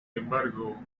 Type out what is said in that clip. embargo